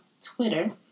Twitter